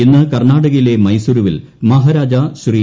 ഇന്ന് കർണ്ണാടകയിലെ മൈസൂരുവിൽ മഹാരാജ ശ്രീ